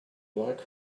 like